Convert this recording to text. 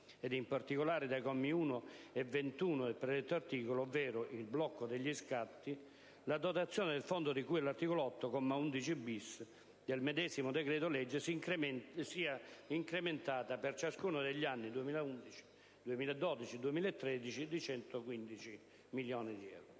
ed in particolare dai commi 1 e 21 del predetto articolo (ovvero il blocco degli scatti), la dotazione del fondo di cui all'articolo 8, comma 11-*bis*, del medesimo decreto-legge sia incrementata, per ciascuno degli anni 2011, 2012 e 2013, di 115 milioni di euro.